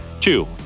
Two